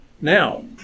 Now